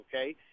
okay